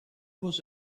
was